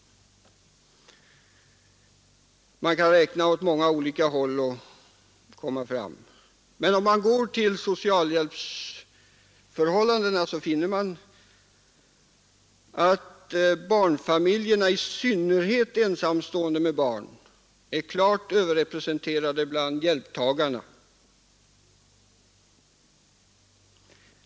Man kan räkna på många olika sätt. Men om man går till socialhjälpsförhållandena så finner man att barnfamiljerna, i synnerhet ensamstående med barn, är klart överrepresenterade bland hjälptagarna.